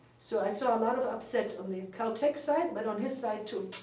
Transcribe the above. so i saw a lot of upset on the caltech side, but on his side, too.